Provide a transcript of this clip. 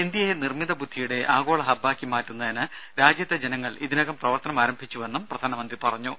ഇന്ത്യയെ നിർമ്മിത ബുദ്ധിയുടെ ആഗോള ഹബ്ബാക്കി മാറ്റുന്നതിന് രാജ്യത്തെ ജനങ്ങൾ ഇതിനകം പ്രവർത്തനം ആരംഭിച്ചുവെന്നും പ്രധാനമന്ത്രി പറഞ്ഞു